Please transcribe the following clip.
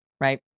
right